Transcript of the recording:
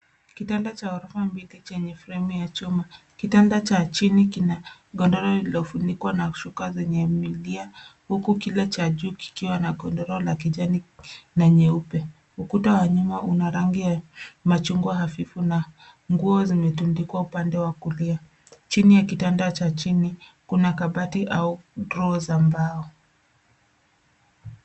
Kitanda cha hatua mbili chenye fremu ya chuma. Kitanda cha chini kina godoro lililofunikwa na shuka zenye milia, huku kile cha juu kikiwa na godoro la kijani na nyeupe. Ukuta wa nyuma una rangi ya machungwa hafifu na nguo zimetundikwa upande wa kulia. Chini ya kitanda cha chini kuna kabati au drawer za mbao.